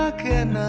ah can